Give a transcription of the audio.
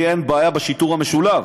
לי אין בעיה בשיטור המשולב,